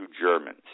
Germans